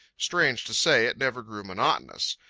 strange to say, it never grew monotonous.